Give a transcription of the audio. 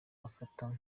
afata